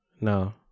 No